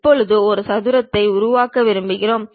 இப்போது ஒரு சதுரத்தை உருவாக்க விரும்புகிறோம்